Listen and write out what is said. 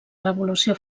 revolució